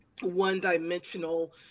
one-dimensional